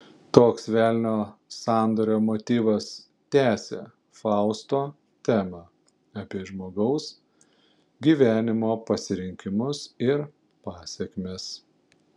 toks velnio sandorio motyvas tęsia fausto temą apie žmogaus gyvenimo pasirinkimus ir pasekmes